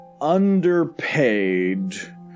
underpaid